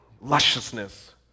lusciousness